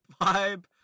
vibe